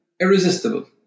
Irresistible